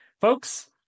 Folks